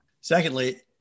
Secondly